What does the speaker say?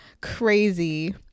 crazy